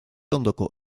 ondoko